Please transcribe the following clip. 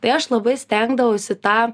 tai aš labai stengdavausi tą